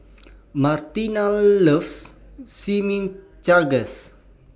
Martine loves Chimichangas